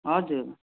हजुर